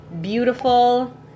beautiful